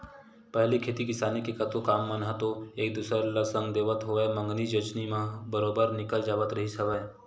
पहिली खेती किसानी के कतको काम मन ह तो एक दूसर ल संग देवत होवय मंगनी जचनी म बरोबर निकल जावत रिहिस हवय